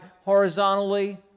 horizontally